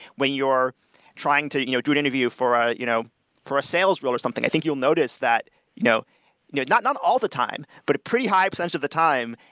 when you're trying to you know do an interview for ah you know for a sales role or something, i think you'll notice that you know you know not not all the time, but a pretty high percentage of the time,